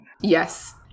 Yes